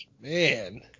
man